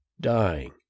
dying